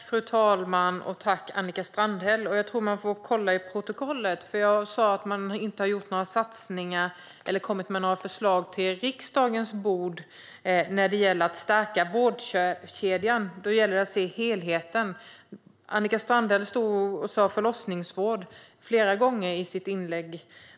Fru talman! Tack, Annika Strandhäll! Jag tror att man får kolla i protokollet, för jag sa att man inte har gjort några satsningar eller kommit med några förslag till riksdagens bord när det gäller att stärka vårdkedjan och att se helheten. Annika Strandhäll talade om förlossningsvård flera gånger i sitt inlägg.